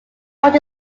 what